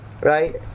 right